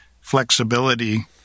flexibility